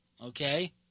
okay